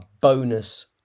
bonus